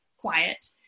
quiet